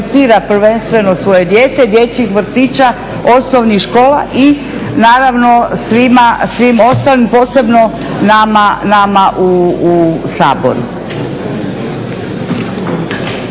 prvenstveno svoje dijete, dječjih vrtića, osnovnih škola i naravno svim ostalim posebno nama u Saboru.